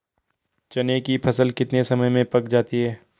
चने की फसल कितने समय में पक जाती है?